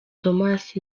thomas